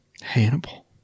Hannibal